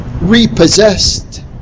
repossessed